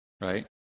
right